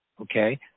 okay